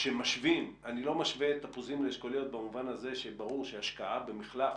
אני לא משווה תפוזים לאשכוליות במובן הזה שברור שהשקעה במחלף,